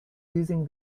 using